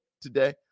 today